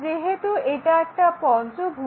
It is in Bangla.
যেহেতু এটা একটা পঞ্চভুজ